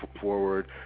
forward